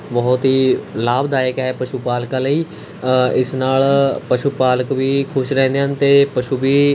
ਬਹੁਤ ਹੀ ਲਾਭਦਾਇਕ ਹੈ ਪਸ਼ੂ ਪਾਲਕਾਂ ਲਈ ਇਸ ਨਾਲ ਪਸ਼ੂ ਪਾਲਕ ਵੀ ਖੁਸ਼ ਰਹਿੰਦੇ ਹਨ ਅਤੇ ਪਸ਼ੂ ਵੀ ਤੰਦਰੁਸਤ ਰਹਿੰਦੇ ਹਨ ਅਤੇ ਇਹ ਸੁਵਿਧਾ ਸਰਕਾਰ ਵੱਲੋਂ ਫ੍ਰੀ ਹੈ ਅਤੇ